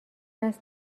قصد